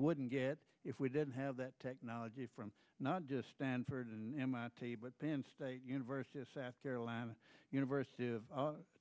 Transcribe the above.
wouldn't get if we didn't have that technology from not just stanford and mit but penn state university of south carolina university to